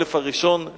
באלף הראשון לספירה.